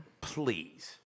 please